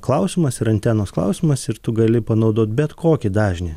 klausimas ir antenos klausimas ir tu gali panaudot bet kokį dažnį